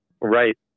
Right